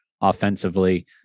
offensively